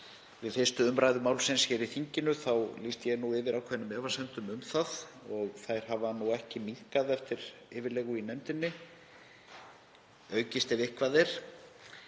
við 1. umr. málsins hér í þinginu lýsti ég yfir ákveðnum efasemdum um það og þær hafa ekki minnkað eftir yfirlegu í nefndinni, aukist ef eitthvað er.